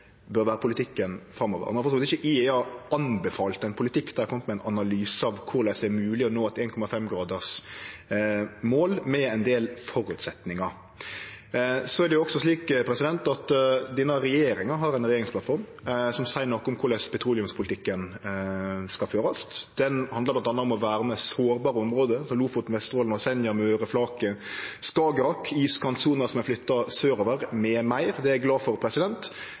bør vere politikken framover. No har for så vidt ikkje IEA tilrådd ein politikk. Dei har kome med ein analyse av korleis det er mogeleg å nå 1,5-gradersmålet med ein del føresetnader. Så har denne regjeringa ei regjeringsplattform som seier noko om korleis petroleumspolitikken skal førast. Det handlar bl.a. om å verne sårbare område, som Lofoten, Vesterålen, Senja, Møreflaket, Skagerrak, iskantsona som er flytta sørover, m.m. Det er eg glad for,